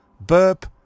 burp